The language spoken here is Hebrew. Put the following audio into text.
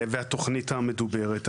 והתוכנית המדוברת.